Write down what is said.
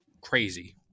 crazy